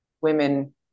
women